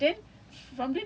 ah